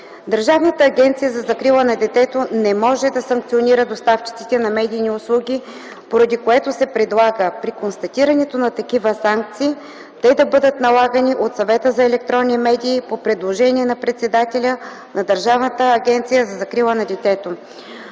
Държавната агенция за закрила на детето не може да санкционира доставчици на медийни услуги, поради което се предлага при констатирането на такива случаи санкциите да бъдат налагани от Съвета за електронни медии по предложение на председателя на Държавната агенция за закрила на детето.